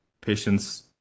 patients